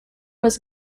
was